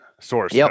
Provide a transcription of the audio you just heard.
source